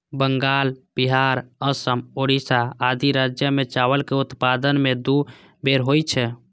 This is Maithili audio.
बंगाल, बिहार, असम, ओड़िशा आदि राज्य मे चावल के उत्पादन साल मे दू बेर होइ छै